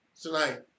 Tonight